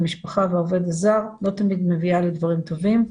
המשפחה והעובד הזר לא תמיד מביאה לדבירם טובים.